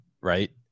right